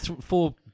Four